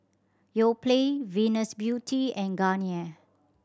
Yoplait Venus Beauty and Garnier